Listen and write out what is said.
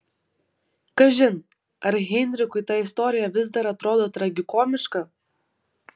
kažin ar heinrichui ta istorija vis dar atrodo tragikomiška